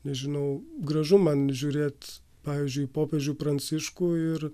nežinau gražu man žiūrėt pavyzdžiui popiežių pranciškų ir